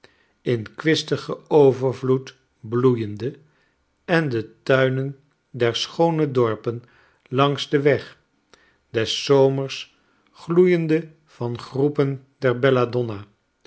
in kwistigen overvloed bloeiende en de tuinen der schoone dorpen langs den weg des zomers gloeiende van groepen der